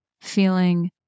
feeling